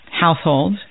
household